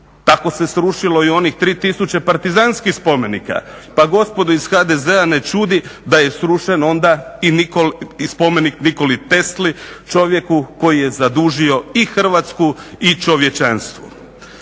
Tako se srušilo i onih tri tisuće partizanskih spomenika pa gospodu iz HDZ-a ne čudi da je srušen onda i spomenik Nikoli Tesli, čovjeku koji je zadužio i Hrvatsku i čovječanstvo.